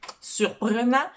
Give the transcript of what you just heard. surprenant